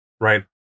right